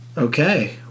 Okay